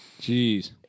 Jeez